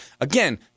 Again